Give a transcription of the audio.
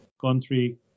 country